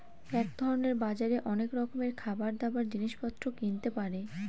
এক ধরনের বাজারে অনেক রকমের খাবার, দাবার, জিনিস পত্র কিনতে পারে